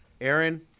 Aaron